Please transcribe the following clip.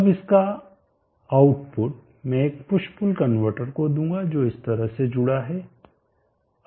अब इसका आउटपुट मैं एक पुश पुल कनवर्टर को दूंगा जो इस तरह से जुड़ा हुआ है